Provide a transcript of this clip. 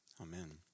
Amen